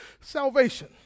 salvation